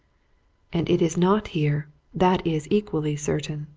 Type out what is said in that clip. and it is not here that is equally certain,